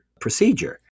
procedure